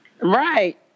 Right